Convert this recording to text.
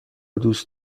دوست